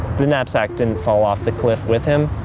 the knapsack didn't fall off the cliff with him.